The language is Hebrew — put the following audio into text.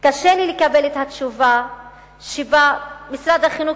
קשה לי לקבל את התשובה שבה משרד החינוך